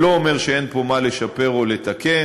זה לא אומר שאין פה מה לשפר או לתקן,